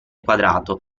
quadrato